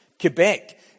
Quebec